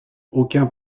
aucun